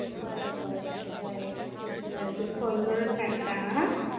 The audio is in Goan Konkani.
बरें बरें बरें बरें तुमकां फोन करून सांगता आं